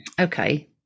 Okay